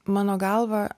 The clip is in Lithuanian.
mano galva